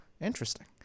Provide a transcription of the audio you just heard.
interesting